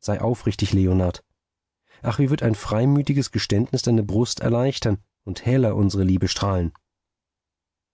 sei aufrichtig leonard ach wie wird ein freimütiges geständnis deine brust erleichtern und heller unsere liebe strahlen